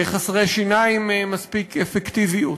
חסרי שיניים מספיק אפקטיביות?